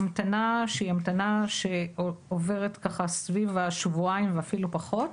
המתנה שעוברת ככה סביב השבועיים ואפילו פחות.